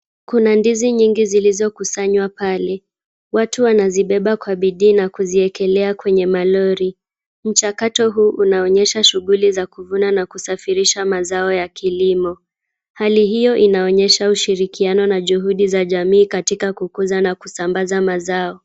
Kuna ndizi nyingi zilizokusanywa pale, watu wanazibeba kwa bidii na kuziwekelea kwenye malori. Mchakato huu unaonyesha shughuli za kuvuna na kusafirisha mazao ya kilimo. Hali hii inaonyesha ushirikiano na juhudi za jamii katika kukuza na kusambaza mazao.